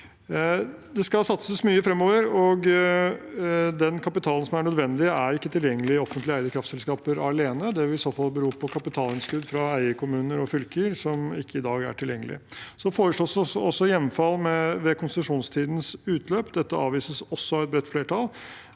Det skal satses mye fremover, og den kapitalen som er nødvendig, er ikke tilgjengelig i offentlig eide kraftselskaper alene. Det vil i så fall bero på kapitalinnskudd fra eierkommuner og fylker som ikke er tilgjengelig i dag. Det foreslås også hjemfall ved konsesjonstidens utløp. Dette avvises også av et bredt flertall.